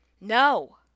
No